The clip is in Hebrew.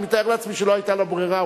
אני מתאר לעצמי שלא היתה לו ברירה,